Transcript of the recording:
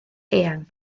eang